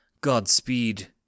Godspeed